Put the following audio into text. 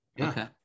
okay